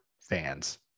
fans